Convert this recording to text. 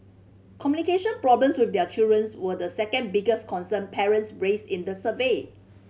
communication problems with their children's were the second biggest concern parents raised in the survey